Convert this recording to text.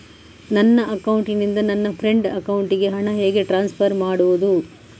ನನ್ನ ಅಕೌಂಟಿನಿಂದ ನನ್ನ ಫ್ರೆಂಡ್ ಅಕೌಂಟಿಗೆ ಹಣ ಹೇಗೆ ಟ್ರಾನ್ಸ್ಫರ್ ಮಾಡುವುದು?